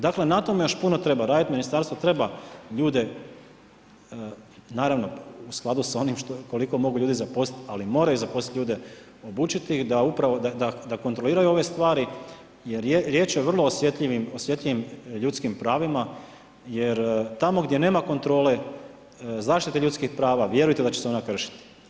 Dakle na tome još puno treba raditi, ministarstvo treba ljude, naravno u skladu sa onime koliko mogu ljudi zaposliti, ali moraju zaposliti ljude, obučiti ih da kontroliraju ove stvari jer riječ je o vrlo osjetljivim ljudskim pravim jer tako gdje nema kontrole, zaštite ljudskih prava, vjerujte da će se ona kršiti.